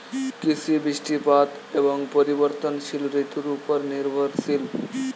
কৃষি বৃষ্টিপাত এবং পরিবর্তনশীল ঋতুর উপর নির্ভরশীল